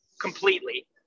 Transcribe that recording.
completely